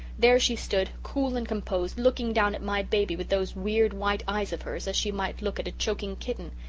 there she stood, cool and composed, looking down at my baby, with those, weird white eyes of hers, as she might look at a choking kitten.